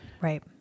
Right